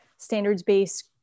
standards-based